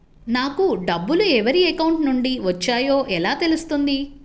నాకు డబ్బులు ఎవరి అకౌంట్ నుండి వచ్చాయో ఎలా తెలుస్తుంది?